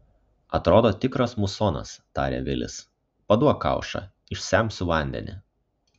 atrodo tikras musonas tarė vilis paduok kaušą išsemsiu vandenį